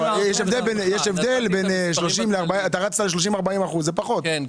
אתה רצת על 30% 40%. זה פחות,